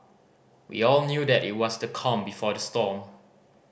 we all knew that it was the calm before the storm